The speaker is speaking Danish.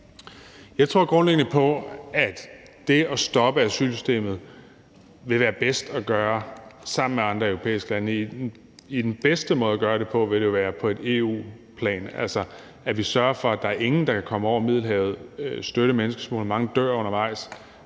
Jeg tror grundlæggende på, at det at stoppe asylsystemet vil være bedst at gøre sammen med andre europæiske lande. Den bedste måde at gøre det på vil jo være på EU-plan, altså at vi sørger for, at der ikke er nogen, der kan komme over Middelhavet støttet af menneskesmuglerne, hvor mange dør undervejs;